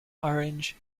orange